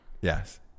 Yes